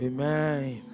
Amen